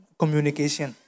communication